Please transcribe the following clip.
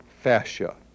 fascia